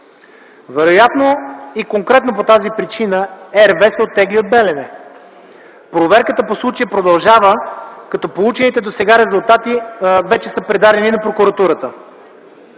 Вероятно и конкретно по тази причина RWE се оттегля от "Белене". Проверката по случая продължава, като получените досега резултати вече са предадени на прокуратурата.